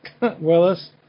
Willis